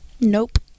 Nope